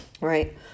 right